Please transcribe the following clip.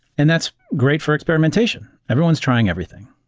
and that's great for experimentation. everyone is trying everything.